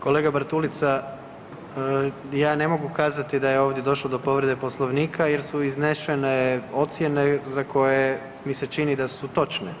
Kolega Bartulica ja ne mogu kazati da je ovdje došlo do povrede Poslovnika jer su iznešene ocjene za koje mi se čini da su točne.